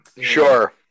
Sure